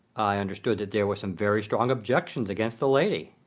i understood that there were some very strong objections against the lady.